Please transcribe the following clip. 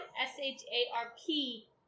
S-H-A-R-P